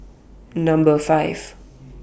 Number five